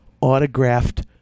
autographed